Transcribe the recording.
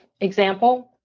example